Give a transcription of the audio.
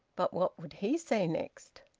but what would he say next?